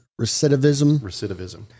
Recidivism